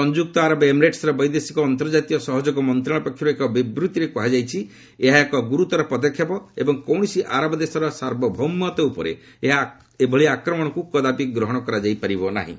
ସଂଯୁକ୍ତ ଆରବ ଏମିରେଟ୍ସ ବୈଦେଶିକ ଓ ଅର୍ନ୍ତଜାତୀୟ ସହଯୋଗ ମନ୍ତ୍ରଣାଳୟ ପକ୍ଷରୁ ଏକ ବିବୃତ୍ତିରେ କୁହାଯାଇଛି ଏହା ଏକ ଗୁରୁତର ପଦକ୍ଷେପ ଏବଂ କୌଣସି ଆରବ ଦେଶର ସାର୍ବଭୈମତ୍ୱ ଉପରେ ଏହା ଆକ୍ରମଣ ଏହାକୁ କଦାପି ଗ୍ରହଣ କରାଯାଇପାରିବ ନାହିଁ